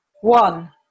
One